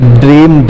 dream